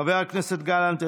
חבר הכנסת גלנט,